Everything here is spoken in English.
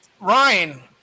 Ryan